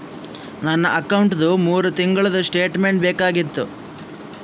ನನ್ನ ಅಕೌಂಟ್ದು ಮೂರು ತಿಂಗಳದು ಸ್ಟೇಟ್ಮೆಂಟ್ ಬೇಕಾಗಿತ್ತು?